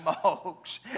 smokes